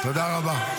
חצוף --- תודה רבה.